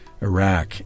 Iraq